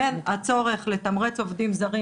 בין הצורך לתמרץ עובדים זרים,